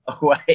away